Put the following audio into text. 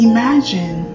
Imagine